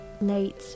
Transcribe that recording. late